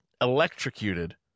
electrocuted